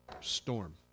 storm